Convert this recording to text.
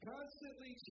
Constantly